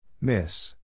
Miss